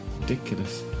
Ridiculous